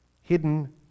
hidden